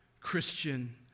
Christian